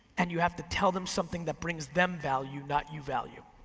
and you have to tell them something that brings them value not you value.